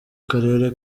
karere